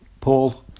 Paul